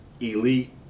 elite